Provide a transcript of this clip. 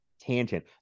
tangent